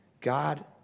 God